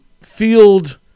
field